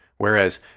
Whereas